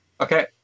Okay